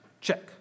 Check